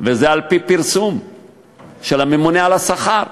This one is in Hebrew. וזה על-פי פרסום של הממונה על השכר,